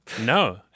No